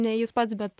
ne jis pats bet